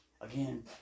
Again